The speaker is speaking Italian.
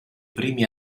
primi